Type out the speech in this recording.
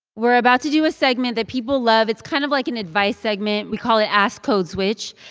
we're about to do a segment that people love. it's kind of like an advice segment. we call it ask code switch.